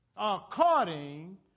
According